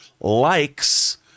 likes